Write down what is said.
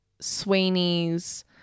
Sweeney's